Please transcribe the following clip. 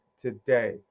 today